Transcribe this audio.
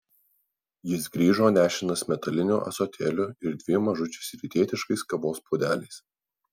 jis grįžo nešinas metaliniu ąsotėliu ir dviem mažučiais rytietiškais kavos puodeliais